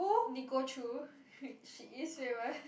Nicole-Choo she is famous